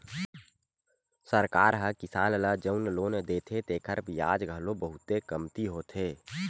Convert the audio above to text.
सरकार ह किसान ल जउन लोन देथे तेखर बियाज घलो बहुते कमती होथे